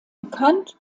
bekannt